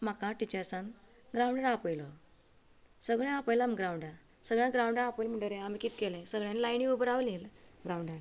म्हाका टिचर्सान ग्राउंडार आपयलो सगळ्या आपयलो आमकां ग्राउंडार सगळ्या ग्राउंडार आपयल म्हणटरी हांवें कितें केलें सगळ्यांनी लायनीन उबी रावली ग्राउंडार